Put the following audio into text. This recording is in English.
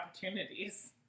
opportunities